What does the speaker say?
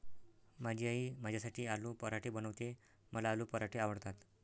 माझी आई माझ्यासाठी आलू पराठे बनवते, मला आलू पराठे आवडतात